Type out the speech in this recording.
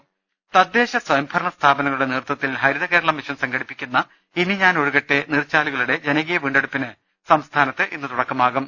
രുട്ട്ട്ട്ട്ട്ട്ട്ട തദ്ദേശ സ്വയംഭരണ സ്ഥാപനങ്ങളുടെ നേതൃത്വത്തിൽ ഹരിതകേരളം മിഷൻ സംഘടിപ്പിക്കുന്ന ഇനി ഞാനൊഴുകട്ടെ നീർച്ചാലുകളുടെ ജനകീയ വീണ്ടെടുപ്പിന് സംസ്ഥാനത്ത് ഇന്ന് തുടക്കമാകും